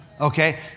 Okay